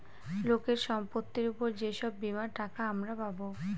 লোকের সম্পত্তির উপর যে সব বীমার টাকা আমরা পাবো